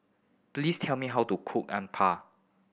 please tell me how to cook Uthapam